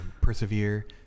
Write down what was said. persevere